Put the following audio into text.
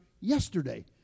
yesterday